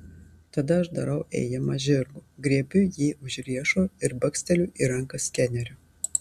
tada aš darau ėjimą žirgu griebiu jį už riešo ir baksteliu į ranką skeneriu